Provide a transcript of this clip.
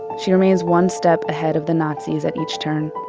she remains one step ahead of the nazis at each turn.